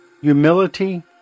humility